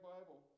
Bible